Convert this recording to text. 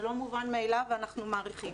זה לא מובן מאליו ואנחנו מעריכים,